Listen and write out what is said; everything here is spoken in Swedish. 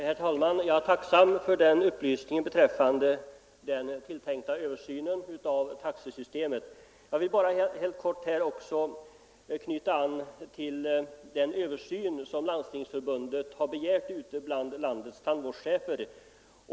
Herr talman! Jag är tacksam för upplysningen beträffande den tilltänkta översynen av taxesystemet. Låt mig bara helt kort knyta an till den översyn som Landstingsförbundet har begärt ute bland landets tandvårdschefer.